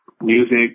music